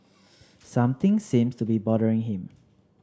something seems to be bothering him